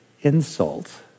insult